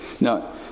Now